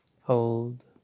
Hold